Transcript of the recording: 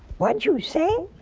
what did you say?